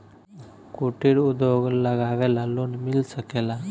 कुटिर उद्योग लगवेला लोन मिल सकेला?